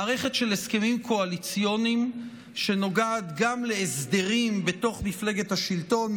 מערכת של הסכמים קואליציוניים שנוגעת גם להסדרים בתוך מפלגת השלטון,